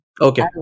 Okay